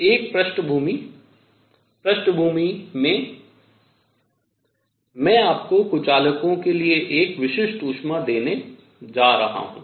तो एक पृष्ठभूमि पृष्ठभूमि में मैं आपको कुचालकों के लिए एक विशिष्ट ऊष्मा देने जा रहा हूँ